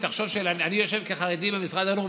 אם תחשוב שאני יושב כחרדי במשרד החינוך,